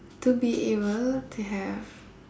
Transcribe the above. to be able to have